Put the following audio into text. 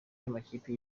y’amakipe